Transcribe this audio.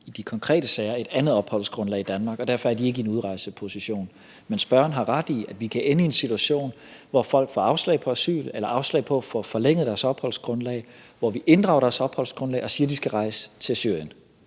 i de konkrete sager et andet opholdsgrundlag i Danmark, og derfor er de ikke i en udrejseposition. Men spørgeren har ret i, at vi kan ende i en situation, hvor folk får afslag på asyl eller afslag på at få forlænget deres opholdsgrundlag, hvor vi inddrager deres opholdsgrundlag og siger, at de skal rejse til Syrien,